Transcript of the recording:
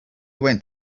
went